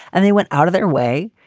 and they went out of their way.